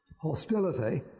hostility